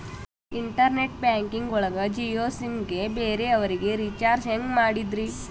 Internet banking ಒಳಗ Jio sim ಗೆ ಬೇರೆ ಅವರಿಗೆ ರೀಚಾರ್ಜ್ ಹೆಂಗ್ ಮಾಡಿದ್ರಿ?